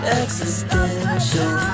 existential